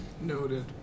noted